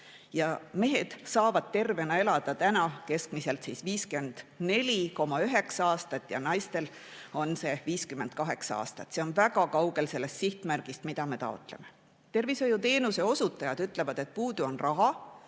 Mehed saavad tervena elada praegu keskmiselt 54,9 aastat ja naistel on see 58 aastat. See on väga kaugel sellest sihtmärgist, mida me taotleme. Tervishoiuteenuse osutajad ütlevad, et puudu on raha,